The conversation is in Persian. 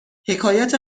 حکایت